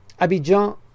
Abidjan